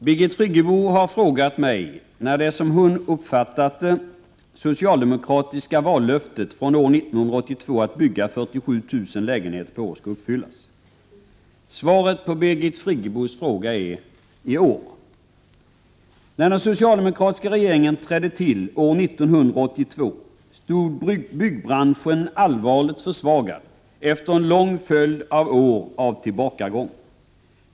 Herr talman! Birgit Friggebo har frågat mig när det, som hon uppfattat det, socialdemokratiska vallöftet från år 1982 att bygga 47 000 lägenheter per år skall uppfyllas. Svaret på Birgit Friggebos fråga är: I år. När den socialdemokratiska regeringen trädde till år 1982 stod byggbranschen allvarligt försvagad efter en lång följd av år av tillbakagång.